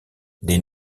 des